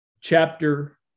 chapter